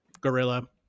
Gorilla